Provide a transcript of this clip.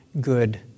good